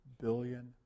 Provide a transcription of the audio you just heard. billion